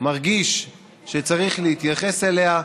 מרגיש שצריך להתייחס אליה,